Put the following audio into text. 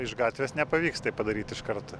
iš gatvės nepavyks taip padaryt iš karto